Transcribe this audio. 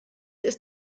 ist